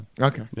Okay